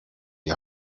die